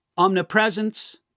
omnipresence